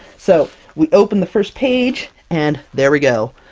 so, we open the first page, and there we go!